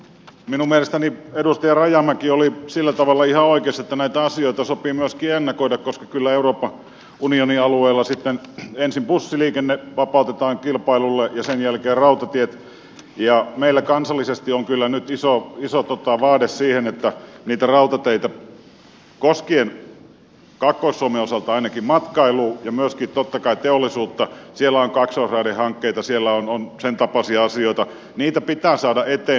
minun mielestäni edustaja rajamäki oli sillä tavalla ihan oikeassa että näitä asioita sopii myöskin ennakoida koska kyllä euroopan unionin alueella sitten ensin bussiliikenne vapautetaan kilpailulle ja sen jälkeen rautatiet ja meillä kansallisesti on kyllä nyt iso vaade siihen että niitä rautateitä koskien kaakkois suomen osalta ainakin matkailua ja myöskin totta kai teollisuutta siellä on kaksoisraidehankkeita siellä on sen tapaisia asioita pitää saada eteenpäin